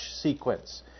sequence